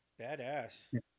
badass